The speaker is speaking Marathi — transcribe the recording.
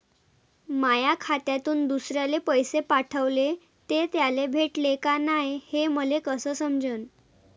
माया खात्यातून दुसऱ्याले पैसे पाठवले, ते त्याले भेटले का नाय हे मले कस समजन?